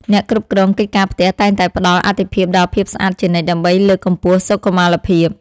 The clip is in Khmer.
អ្នកគ្រប់គ្រងកិច្ចការផ្ទះតែងតែផ្តល់អាទិភាពដល់ភាពស្អាតជានិច្ចដើម្បីលើកកម្ពស់សុខុមាលភាព។